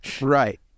right